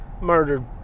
murdered